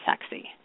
sexy